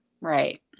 Right